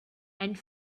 and